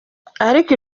ariko